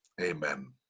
Amen